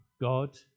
God